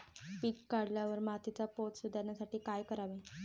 पीक काढल्यावर मातीचा पोत सुधारण्यासाठी काय करावे?